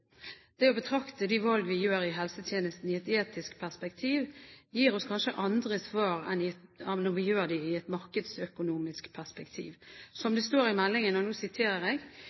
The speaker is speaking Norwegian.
Det å betrakte de valg vi gjør i helsetjenesten, i et etisk perspektiv, gir oss kanskje andre svar enn når vi gjør det i et markedsøkonomisk perspektiv. Som det står i meldingen, og nå siterer jeg: